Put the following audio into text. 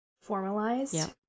formalized